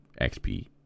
XP